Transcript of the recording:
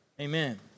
amen